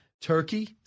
Turkey